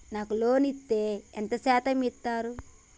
నాకు లోన్ ఇత్తే ఎంత శాతం ఇత్తరు?